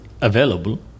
available